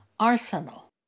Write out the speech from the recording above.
arsenal